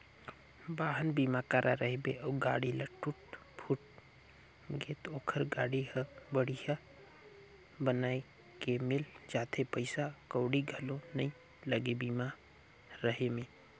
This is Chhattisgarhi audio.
वाहन बीमा कराए रहिबे अउ गाड़ी ल टूट फूट गे त ओखर गाड़ी हर बड़िहा बनाये के मिल जाथे पइसा कउड़ी घलो नइ लागे बीमा रहें में